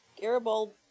Garibaldi